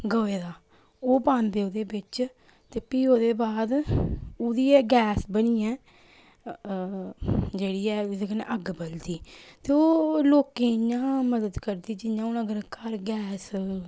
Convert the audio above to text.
गवै दा ओह् पांदे ओह्दे बिच्च ते फ्ही ओह्दे बाद ओह्दी एह् गैस बनियै जेह्ड़ी ऐ ओह्दे कन्नै अग्ग बलदी ते ओह् लोकें गी इ'यां मदद करदी जियां हून अगर घर गैस